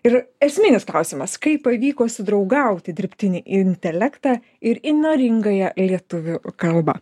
ir esminis klausimas kaip pavyko sudraugauti dirbtinį intelektą ir įnoringąją lietuvių kalbą